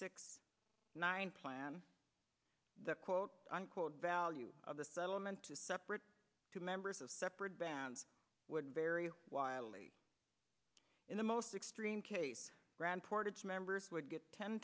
six nine plan the quote unquote value of the settlement to separate two members of separate bands would vary wildly in the most extreme case grand portage members would get ten